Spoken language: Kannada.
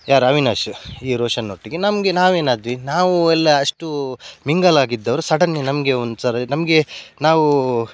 ಯಾರು ಅವಿನಾಶ್ ಈ ರೋಷನ್ನೊಟ್ಟಿಗೆ ನಮಗೆ ನಾವೇನು ಆದ್ವಿ ನಾವು ಎಲ್ಲ ಅಷ್ಟು ಮಿಂಗಲ್ ಆಗಿದ್ದವರು ಸಡನ್ಲಿ ನಮಗೆ ಒಂದು ಸಾರಿ ನಮಗೆ ನಾವು